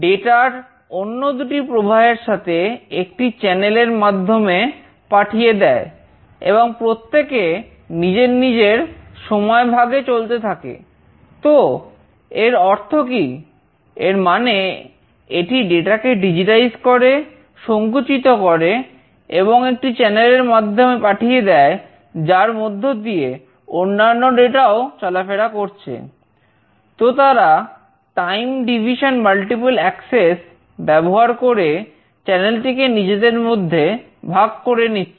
GSM টিকে নিজেদের মধ্যে ভাগ করে নিচ্ছে